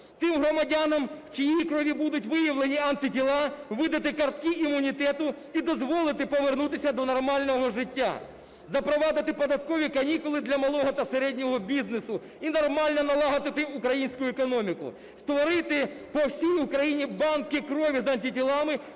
тим громадянам, в чиїй крові будуть виявлені антитіла, видати картки імунітету і дозволити повернутися до нормального життя; запровадити податкові канікули для малого та середнього бізнесу і нормально налагодити українську економіку; створити по всій Україні банки крові з антитілами